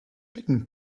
becken